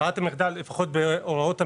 ברירת המחדל לפחות בהוראות הממונה,